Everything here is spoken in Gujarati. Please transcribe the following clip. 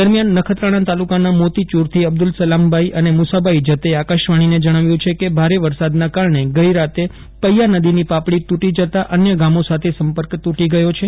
દરમ્યાન નખત્રાણા તાલુકાના મોતીચૂરથી અબ્દુલ સલામ ભાઈ અને મુસાભાઈ જતે આકાશવાણીને જણાવ્યું છે કે ભારે વરસાદના કારણે ગઈ રાતે પૈયા નદીની પાપડી તૂટી જતા અન્ય ગામો સાથે સંપક્ તૂટી ગયો છે